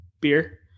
beer